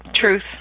truth